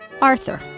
Arthur